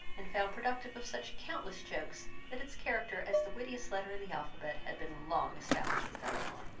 and found productive of such countless jokes, that its character as the wittiest letter in the alphabet had been long established with elinor.